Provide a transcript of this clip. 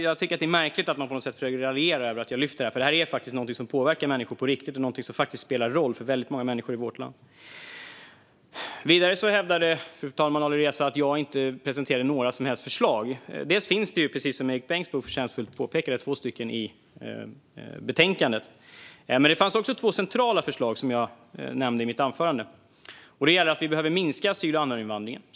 Jag tycker att det är märkligt att man på något sätt försöker raljera över att jag lyfter fram det här, för det är någonting som påverkar människor på riktigt och spelar roll för väldigt många människor i vårt land. Fru talman! Vidare hävdade Alireza att jag inte presenterade några som helst förslag. Som Erik Bengtzboe förtjänstfullt påpekade finns det två förslag i betänkandet. Men jag nämnde också i mitt huvudanförande två centrala förslag som gäller sådant vi behöver göra. Det ena är att minska asyl och anhöriginvandringen.